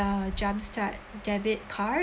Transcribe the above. jumpstart debit card